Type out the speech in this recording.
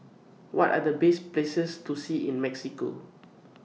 What Are The Best Places to See in Mexico